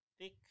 thick